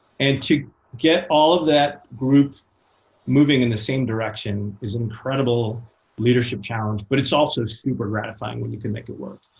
and to get all of that group moving in the same direction is an incredible leadership challenge, but it's also super gratifying when you can make it work.